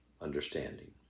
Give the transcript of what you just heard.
understanding